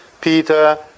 Peter